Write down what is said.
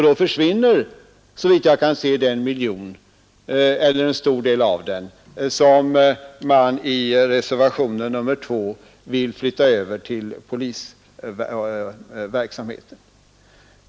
Då försvinner, såvitt jag kan se, en stor del av den miljon som man i reservationen 2 vill flytta över till polisverksamheten.